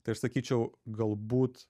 tai aš sakyčiau galbūt